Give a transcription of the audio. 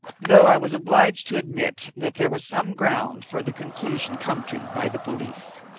though i was obliged to admit that there was some ground for the conclusion come to by the police.